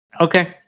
Okay